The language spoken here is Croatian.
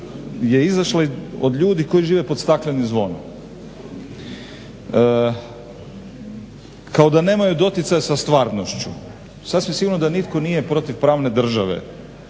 je izašla od ljudi koji žive pod staklenim zvonom, kao da nemaju doticaja sa stvarnošću. Sasvim sigurno da nitko nije protiv pravne države,